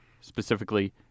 specifically